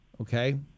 okay